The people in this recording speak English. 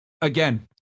again